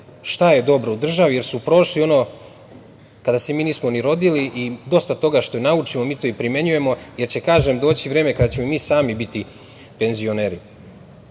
šta je dobro u državi, jer su prošli ono kada se mi nismo ni rodili i dosta toga što naučimo mi to i primenjujemo, jer će, kažem, doći vreme kada ćemo i mi sami biti penzioneri. Ovim